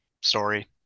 story